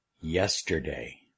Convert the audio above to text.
yesterday